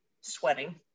sweating